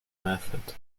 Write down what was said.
method